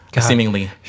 Seemingly